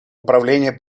управление